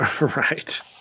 Right